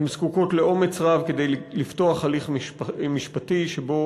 הן זקוקות לאומץ רב כדי לפתוח הליך משפטי שבו